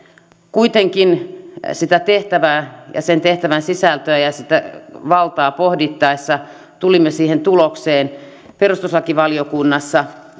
kuitenkin sitä tehtävää ja sen tehtävän sisältöä ja ja sitä valtaa pohdittaessa tulimme siihen tulokseen perustuslakivaliokunnassa